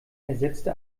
ersetzte